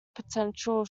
potential